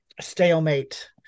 stalemate